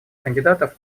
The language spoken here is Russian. кандидатов